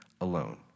alone